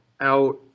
out